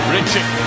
Richard